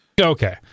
Okay